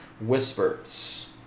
whispers